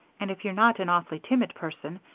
and if you're not an awfully timid person,